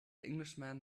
englishman